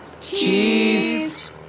Cheese